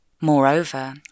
Moreover